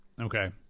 Okay